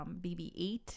BB-8